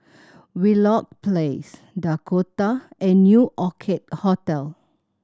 Wheelock Place Dakota and New Orchid Hotel